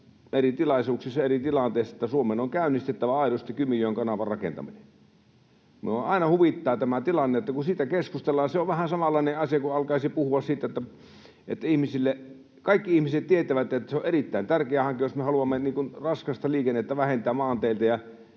eri tilaisuuksissa, eri tilanteissa, että Suomen on käynnistettävä aidosti Kymijoen kanavan rakentaminen. Minua aina huvittaa tämä tilanne, että kun siitä keskustellaan, se on vähän samanlainen asia kuin alkaisi puhua... Kaikki ihmiset tietävät, että kanavan verkon rakentaminen, mikä Euroopassa on jo 200—300 vuotta